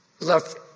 left